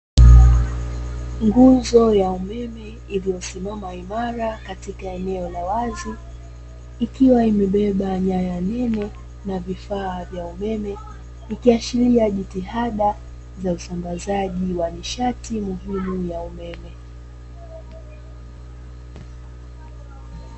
Nguzo ya umeme iliyosimama imara katika eneo la wazi, ikiwa imebeba nyaya nene na vifaa vya umeme, ikiashiria jitihada za usambazaji wa nishati muhimu ya umeme.